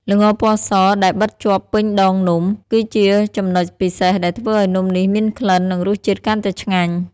ល្ងរពណ៌សដែលបិតជាប់ពេញដងនំ គឺជាចំណុចពិសេសដែលធ្វើឲ្យនំនេះមានក្លិន និងរសជាតិកាន់តែឆ្ងាញ់។